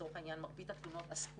שלצורך העניין מרבית התלונות עסקו,